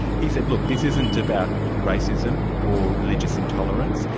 he said look, this isn't about racism or religious intolerance.